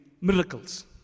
miracles